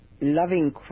loving